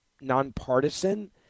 nonpartisan